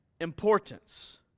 importance